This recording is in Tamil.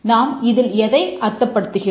நாம் இதில் எதை அர்த்தப்படுத்துகிறோம்